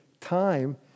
time